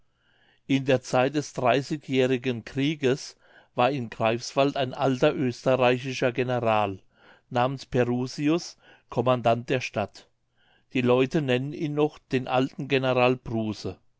in der zeit des dreißigjährigen krieges war in greifswald ein alter oesterreichischer general namens perusius commandant der stadt die leute nennen ihn noch den alten